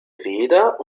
weder